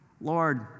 Lord